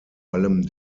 allem